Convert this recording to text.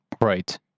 right